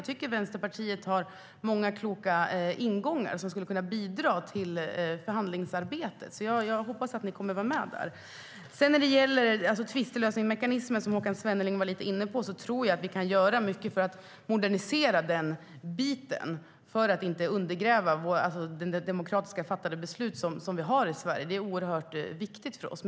Jag tycker att Vänsterpartiet har många kloka ingångar som skulle kunna bidra till förhandlingsarbetet, så jag hoppas att ni kommer att vara med där. När det gäller tvistlösningsmekanismen, som Håkan Svenneling var inne på, tror jag att vi kan göra mycket för att modernisera den så att inte beslut som fattats demokratiskt i Sverige undergrävs. Det är oerhört viktigt för oss.